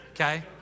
okay